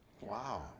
Wow